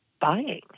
buying